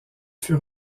fut